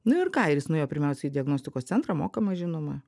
nu ir ką ir jis nuėjo pirmiausia į diagnostikos centrą mokamą žinoma